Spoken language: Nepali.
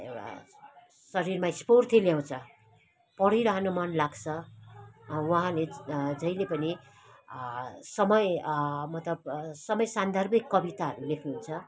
एउटा शरीरमा स्फूर्ति ल्याउँछ पढिरहनु मन लाग्छ उहाँले जहिले पनि समय मतलब समय सान्दर्भिक कविताहरू लेख्नुहुन्छ